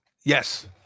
Yes